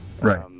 Right